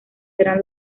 serán